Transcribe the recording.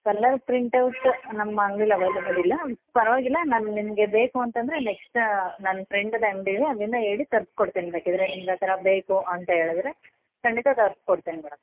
colour printout ನಮ್ಮ ಅಂಗ್ಡಿಲಿ available ಇಲ್ಲ ಪರ್ವಾಗಿಲ್ಲ ನಾನು ನಿಮಗೆ ಬೇಕು ಅಂತಂದರೆ ನೆಕ್ಸ್ಟ್ ನನ್ನ ಫ್ರೆಂಡ್ದೇ ಅಂಗಡಿ ಇದೆ ಅಲ್ಲಿಂದ ಹೇಳಿ ತರ್ಸ್ಕೊಡ್ತಿನಿ ಬೇಕಿದ್ದರೆ ನಿಮ್ಗೆ ಆ ಥರ ಬೇಕು ಅಂತ ಹೇಳದ್ರೆ ಖಂಡಿತ ತರ್ಸ್ಕೊಡ್ತಿನಿ ಮೇಡಮ್